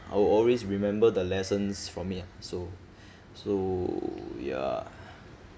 I will always remember the lessons from it ah so so ya